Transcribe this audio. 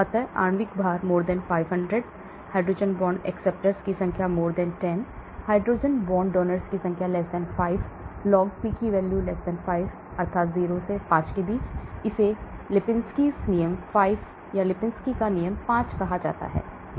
अतः आणविक भार 500 हाइड्रोजन बांड acceptors की संख्या 10 हाइड्रोजन बांड donors की संख्या 5 log P5 अर्थात 0 से 5 है इसे लिपिंस्की का नियम 5 कहा जाता है